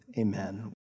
Amen